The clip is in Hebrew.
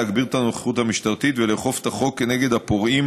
להגביר את הנוכחות המשטרתית ולאכוף את החוק כנגד הפורעים